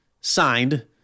Signed